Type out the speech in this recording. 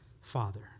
Father